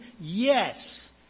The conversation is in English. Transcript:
Yes